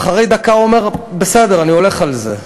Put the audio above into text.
ואחרי דקה הוא אומר: בסדר, אני הולך על זה.